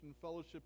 fellowship